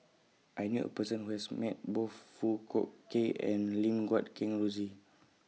I knew A Person Who has Met Both Foong Fook Kay and Lim Guat Kheng Rosie